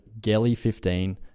GELLY15